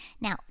Now